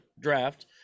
draft